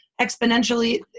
exponentially